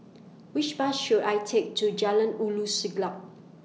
Which Bus should I Take to Jalan Ulu Siglap